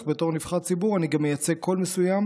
אך בתור נבחר ציבור אני גם מייצג קול מסוים,